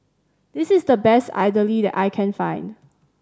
this is the best idly that I can find